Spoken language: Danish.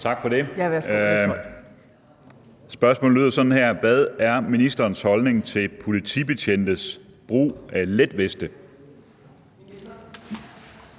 Tak for det. Spørgsmålet lyder sådan her: Hvad er ministerens holdning til politibetjentes brug af letveste?